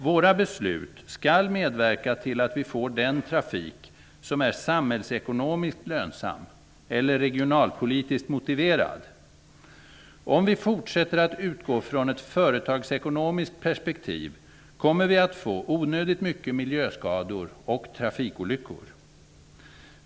Våra beslut skall medverka till att vi får den trafik som är samhällsekonomiskt lönsam eller regionalpolitiskt motiverad. Om vi fortsätter att utgå från ett företagsekonomiskt perspektiv kommer vi att få onödigt mycket miljöskador och trafikolyckor.